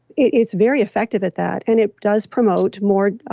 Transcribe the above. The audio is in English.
it's very effective at that and it does promote more